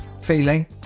feeling